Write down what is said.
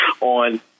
on